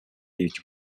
хийж